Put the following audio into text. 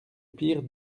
pire